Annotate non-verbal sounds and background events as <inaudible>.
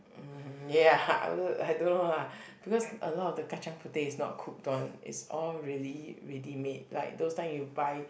mm ya <laughs> I don't know lah because a lot of the kacang-puteh is not cooked one is all really ready made like those time you buy